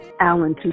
Alan